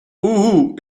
oehoe